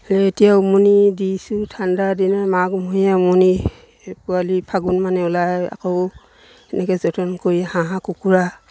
এই এতিয়াও উমনি দিছোঁ ঠাণ্ডা দিনৰ মাঘমহীয়া উমনি পোৱালি ফাগুণ মানে ওলাই আকৌ এনেকৈ যতন কৰি হাঁহ কুকুৰা